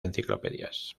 enciclopedias